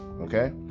okay